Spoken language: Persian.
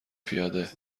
پیاده